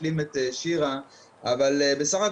אלא גם פשוט ייאסר עליו למכור מוצרי טבק